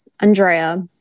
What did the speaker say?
Andrea